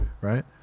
right